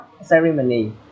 ceremony